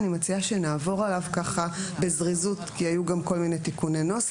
אני מציעה שנעביר על הנוסח בזריזות כי היו גם כל מיני תיקוני נוסח